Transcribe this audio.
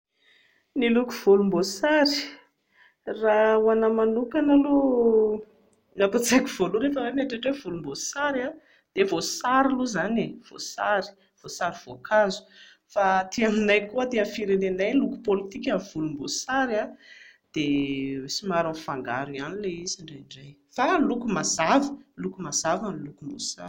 Ny loko volomboasary, raha ho anahy manokana aloha ny ato an-tsaiko voaloha rehefa hoe mieritreritra hoe volomboasary a, dia voasary aloha izany e, voasary, voasary voankazo, fa aty aminay koa aty amin'ny firenenay, loko politika ny volomboasary a, dia somary mifangaro ihany ilay izy indraindray fa loko mazava, loko mazava ny lokom-boasary